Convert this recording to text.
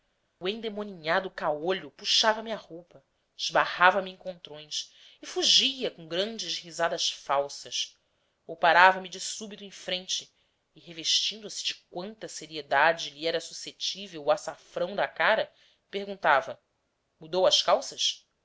o endemoninhado caolho puxava me a roupa esbarrava me encontrões e fugia com grandes risadas falsas ou parava me de súbito em frente e revestindo se de quanta seriedade lhe era suscetível o açafrão da cara perguntava mudas as calças